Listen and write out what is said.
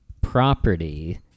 property